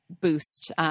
boost